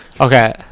Okay